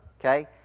okay